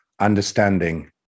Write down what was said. understanding